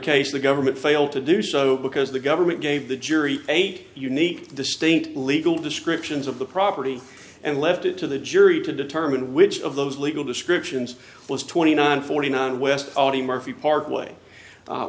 case the government failed to do so because the government gave the jury eight unique distinct legal descriptions of the property and left it to the jury to determine which of those legal descriptions was twenty nine forty nine west audie murphy parkway